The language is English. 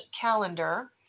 calendar